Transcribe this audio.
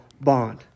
bond